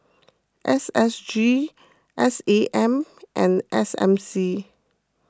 S S G S A M and S M C